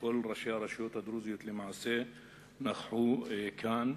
שכל ראשי הרשויות הדרוזיות נכחו כאן,